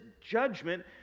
judgment